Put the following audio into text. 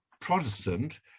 Protestant